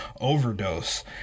overdose